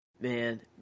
man